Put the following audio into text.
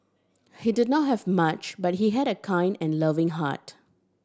he did not have much but he had a kind and loving heart